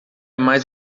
mais